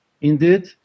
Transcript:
Indeed